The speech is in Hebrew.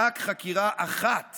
רק חקירה אחת